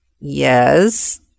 yes